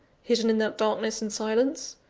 hidden in that darkness and silence?